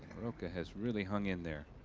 rocca has really hung in there.